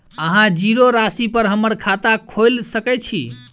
अहाँ जीरो राशि पर हम्मर खाता खोइल सकै छी?